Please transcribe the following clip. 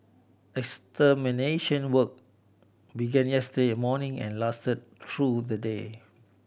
extermination work began yesterday morning and lasted through the day